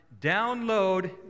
Download